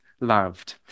Loved